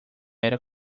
era